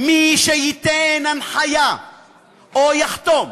מי שייתן הנחיה או יחתום